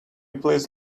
please